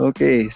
Okay